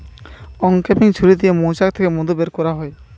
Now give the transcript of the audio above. uncapping ছুরি দিয়ে মৌচাক থিকে মধু বের কোরা হয়